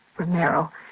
Romero